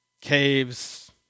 caves